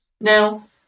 Now